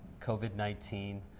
COVID-19